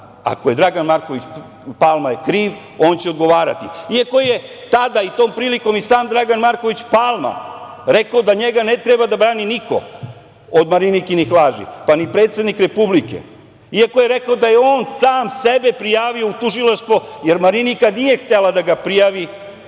ako je Dragan Marković Palma kriv, on će odgovarati, iako je tada i tom prilikom i sam Dragan Marković Palma rekao da njega ne treba da brani niko od Marinikinih laži, pa ni predsednik Republike, iako je rekao da je on sam sebe prijavio u tužilaštvo, jer Marinika nije htela da ga prijavi,